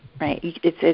right